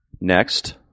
Next